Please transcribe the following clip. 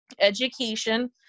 Education